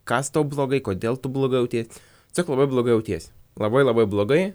kas tau blogai kodėl tu blogai jauties tiesiog labai blogai jautiesi labai labai blogai